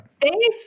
thanks